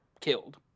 killed